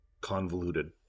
convoluted